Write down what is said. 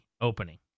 opening